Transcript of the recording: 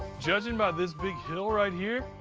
judging by this big hill right here,